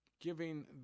giving